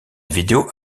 vidéo